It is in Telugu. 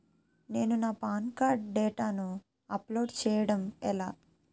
నేను నా పాన్ కార్డ్ డేటాను అప్లోడ్ చేయడం ఎలా?